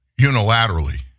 unilaterally